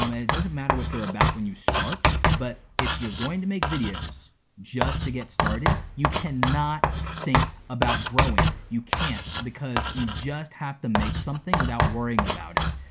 um it it doesn't matter what they're about when you start. but if you're going to make videos, just to get started, you cannot think about growing. you can't, because you just have to make something something without worrying about it.